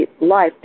life